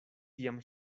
tiam